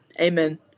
Amen